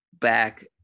back